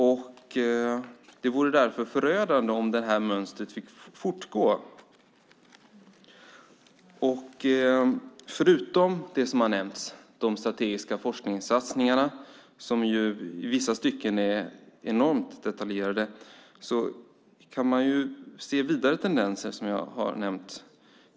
Därför skulle det vara förödande om det här mönstret fick fortgå. Förutom nämnda strategiska forskningssatsningar, som i vissa stycken är enormt detaljerade, kan man se vidare tendenser, som jag tidigare nämnt.